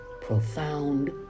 profound